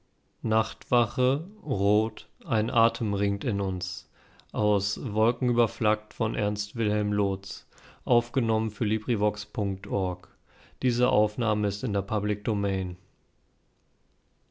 nachtwache rot ein atem ringt in uns nachtwache rot